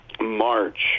March